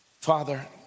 Father